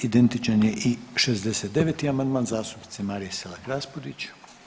Identičan je i 69. amandman zastupnice Marije Selak Raspudić.